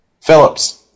Phillips